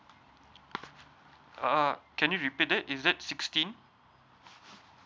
uh can you repeat it is it sixteen